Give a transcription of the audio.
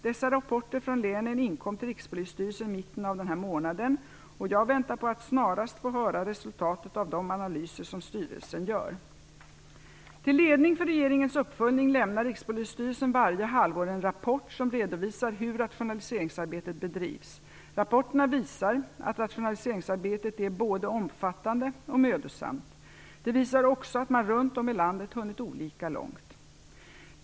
Dessa rapporter från länen inkom till Rikspolisstyrelsen i mitten av den här månaden, och jag väntar på att snarast få höra resultatet av de analyser som styrelsen gör. Rikspolisstyrelsen varje halvår en rapport som redovisar hur rationaliseringsarbetet bedrivs. Rapporterna visar att rationaliseringsarbetet är både omfattande och mödosamt. De visar också att man runt om i landet hunnit olika långt.